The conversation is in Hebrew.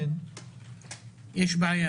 יש בעיה